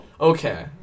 Okay